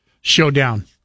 showdown